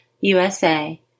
USA